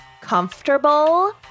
comfortable